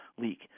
leak